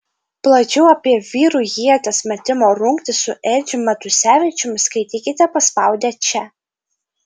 plačiau apie vyrų ieties metimo rungtį su edžiu matusevičiumi skaitykite paspaudę čia